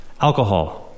Alcohol